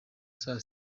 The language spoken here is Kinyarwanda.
saa